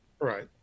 right